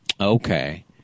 Okay